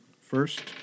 First